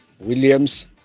williams